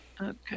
Okay